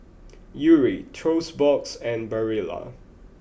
Yuri Toast Box and Barilla